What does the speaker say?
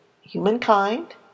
humankind